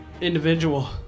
Individual